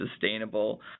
sustainable